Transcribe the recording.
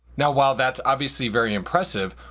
now, while that's obviously very impressive,